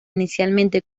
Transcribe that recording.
inicialmente